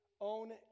own